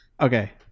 Okay